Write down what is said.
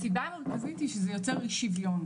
הסיבה המרכזית היא שוויון.